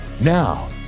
Now